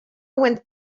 went